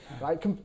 right